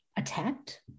Attacked